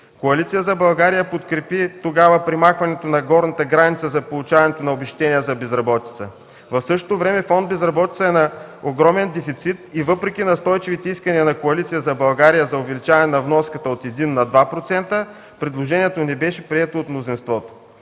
Коалиция за България подкрепи премахването на горната граница за получаването на обезщетения за безработица. В същото време фонд „Безработица” е на огромен дефицит и въпреки настойчивите искания на Коалиция за България за увеличаване на вноската от 1 на 2%, предложението не беше прието от мнозинството.